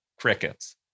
Crickets